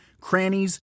crannies